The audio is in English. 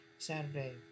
Saturday